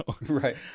Right